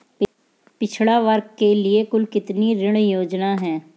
पिछड़ा वर्ग के लिए कुल कितनी ऋण योजनाएं हैं?